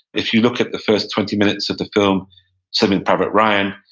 if you look at the first twenty minutes of the film saving private ryan,